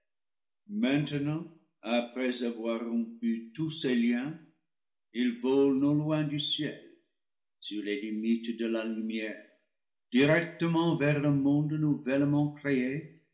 maintenant après avoir rompu tous ses liens il vole non loin du ciel sur les limites de la lu mière directement vers le monde nouvellement créé